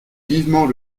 vivement